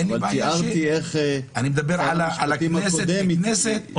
ותיארתי איך שר המשפטים הקודם --- לא,